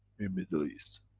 in middle east.